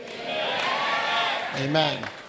Amen